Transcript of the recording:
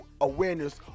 awareness